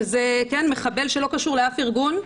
שזה מחבל שלא קשור לאף ארגון,